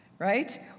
right